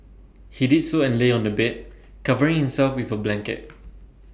he did so and lay on the bed covering himself with A blanket